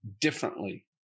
differently